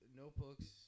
notebooks